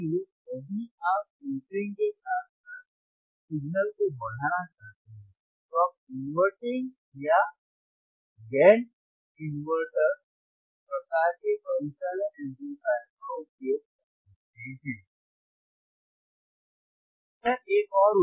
इसलिए यदि आप फ़िल्टरिंग के साथ साथ सिग्नल को बढ़ाना चाहते हैं तो आप इनवर्टिंग या गैर इनवर्टर प्रकार में परिचालन एम्पलीफायर का उपयोग कर सकते हैं